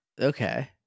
Okay